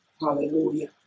Hallelujah